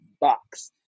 box